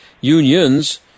unions